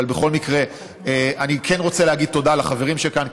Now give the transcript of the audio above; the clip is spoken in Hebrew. אבל בכל מקרה אני כן רוצה להגיד תודה לחברים שכאן,